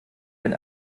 wenn